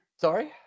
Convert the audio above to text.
Sorry